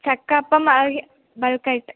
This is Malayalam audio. ചക്ക അപ്പം ബൾക്ക് ആയിട്ട്